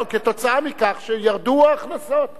מכיוון שירדו ההכנסות, מה